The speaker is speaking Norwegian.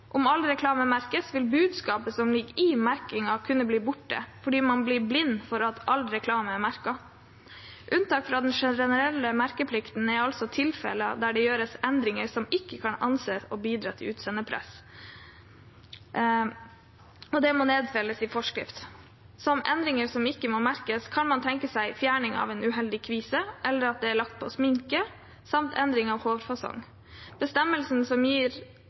ligger i merkingen, kunne bli borte, fordi man blir blind for at all reklame er merket. Unntak fra den generelle merkeplikten er altså tilfeller der det gjøres endringer som ikke kan anses å bidra til utseendepress, og det må nedfelles i forskrift. Som endringer som ikke må merkes, kan man tenke seg fjerning av en uheldig kvise eller at det er lagt på sminke, samt endring av hårfasong. Bestemmelsen gir